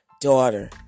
Daughter